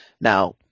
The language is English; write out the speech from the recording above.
Now